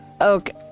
Okay